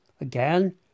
Again